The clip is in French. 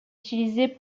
utilisée